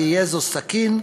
יהיה זה סכין,